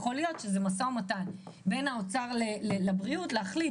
יכול להיות שזה משא ומתן בין האוצר לבריאות להחליט